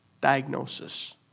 diagnosis